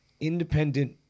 independent